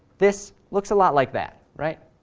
this looks a lot like that, right?